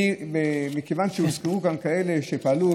מכיוון שהוזכרו גם כאלה שפעלו,